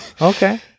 Okay